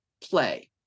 play